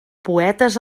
poetes